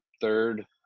third